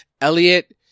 elliot